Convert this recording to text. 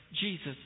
Jesus